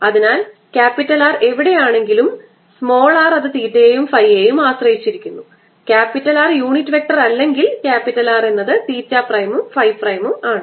അതിനാൽ R എവിടെയാണെങ്കിലും r അത് തീറ്റയെയും ഫൈയെയും ആശ്രയിച്ചിരിക്കുന്നു R യൂണിറ്റ് വെക്റ്റർ അല്ലെങ്കിൽ R എന്നത് തീറ്റപ്രൈമും ഫൈപ്രൈമും ആണ്